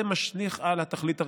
זה משליך על התכלית הראויה,